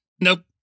Nope